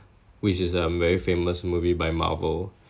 which is a very famous movie by marvel